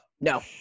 no